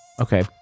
okay